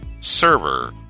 Server